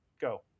Go